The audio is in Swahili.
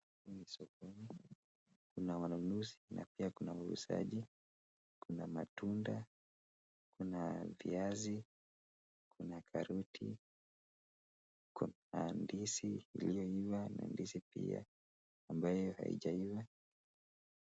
Hapa ni sokoni, kuna wanunuzi na pia kuna wauzaji, kuna matunda, kuna viazi, kuna karoti kuna ndizi iliyoiva na ndizi pia ambayo haijaiva.